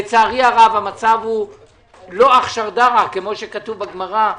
לצערי הרב המצב הוא לא אכשר דרא, כמו שכתוב בגמרא.